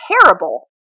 terrible